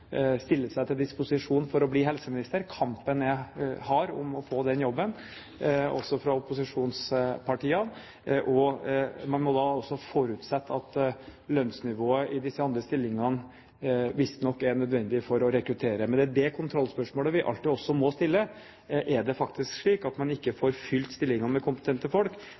seg til disposisjon for å bli helseminister. Kampen er hard om å få den jobben, også fra opposisjonspartiene, og man må da også forutsette at lønnsnivået i disse andre stillingene visstnok er nødvendig for å rekruttere. Men det er det kontrollspørsmålet vi alltid også må stille: Er det faktisk slik at man ikke får fylt stillingene med kompetente folk